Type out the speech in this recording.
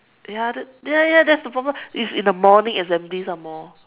ya that ya ya that is the problem it is in the morning assembly some more